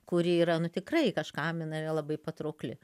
kuri yra nu tikrai kažkam jinai yra labai patraukli